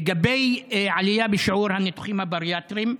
לגבי עלייה בשיעור הניתוחים הבריאטריים,